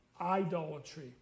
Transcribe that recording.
idolatry